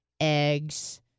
Eggs